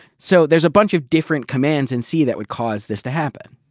so there's a bunch of different commands in c that would cause this to happen.